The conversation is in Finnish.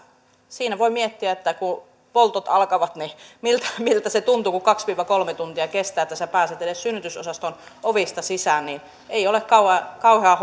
siinä voi miettiä että kun poltot alkavat niin miltä miltä se tuntuu kun kaksi viiva kolme tuntia kestää että sinä pääset edes synnytysosaston ovista sisään ei ole kauhean kauhean